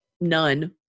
none